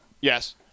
Yes